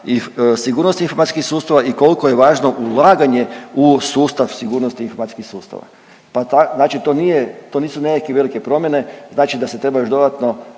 i koliko je važno ulaganje u sustav sigurnosti informacijskih sustava. Znači to nisu nekakve velike promjene, znači da se treba još dodatno